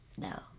No